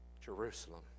Jerusalem